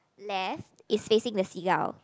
left is facing the seagull